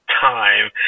time